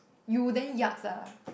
you then yucks ah